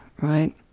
Right